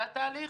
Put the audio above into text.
זה התהליך?